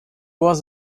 was